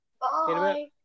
Bye